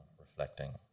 reflecting